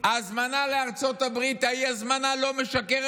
האי-הזמנה לארצות הברית לא משקרת.